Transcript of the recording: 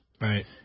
Right